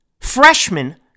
freshman